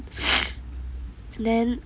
then